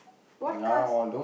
what cars